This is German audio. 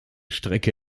strecke